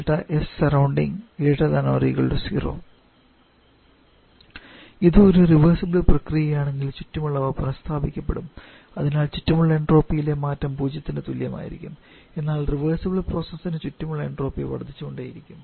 ∆𝑆𝑠𝑢𝑟𝑟 ≥ 0 ഇത് ഒരു റിവേർസിബിൾ പ്രക്രിയയാണെങ്കിൽ ചുറ്റുമുള്ളവ പുനസ്ഥാപിക്കപ്പെടും അതിനാൽ ചുറ്റുമുള്ള എൻട്രോപ്പിയിലെ മാറ്റം പൂജ്യത്തിന് തുല്യമായിരിക്കും എന്നാൽ റിവേർസിബിൾ പ്രോസസ്സിന് ചുറ്റുമുള്ള എൻട്രോപ്പി വർദ്ധിച്ചുകൊണ്ടിരിക്കും